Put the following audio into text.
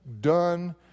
done